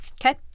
Okay